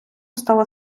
стала